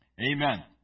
Amen